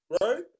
right